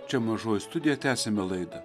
čia mažoji studija tęsiame laidą